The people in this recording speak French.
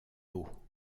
eau